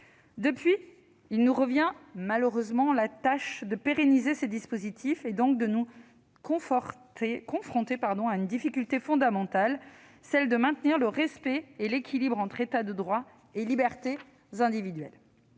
Depuis lors, il nous revient, malheureusement, la tâche de pérenniser ces dispositifs, donc de nous confronter à une difficulté fondamentale : maintenir le respect et l'équilibre entre État de droit et libertés individuelles.